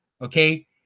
Okay